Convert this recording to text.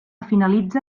finalitza